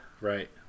right